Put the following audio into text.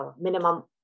minimum